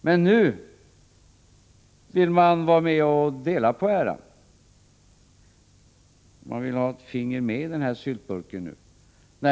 Men nu, när det går att redovisa resultat, vill ni vara med och dela på äran och ha ett finger med i syltburken.